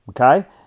okay